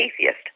atheist